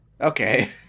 Okay